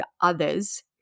others